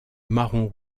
marron